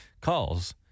calls